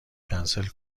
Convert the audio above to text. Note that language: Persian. کنسل